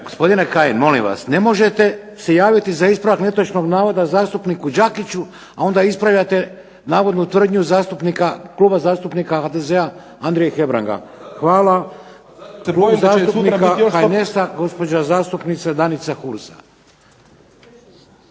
Gospodine Kajin, molim vas! Ne možete se javiti za ispravak netočnog navoda zastupniku Đakiću, a onda ispravljate navodnu tvrdnju zastupnika, kluba zastupnika HDZ-a Andrije HEBranga. Hvala. Klub